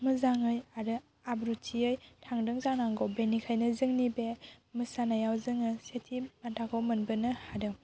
मोजाङै आरो आब्रुथियै थांदों जानांगौ बेनिखायनो जोंनि बे मोसानायाव जोङो सेथि बान्थाखौ मोनबोनो हादों